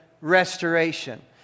restoration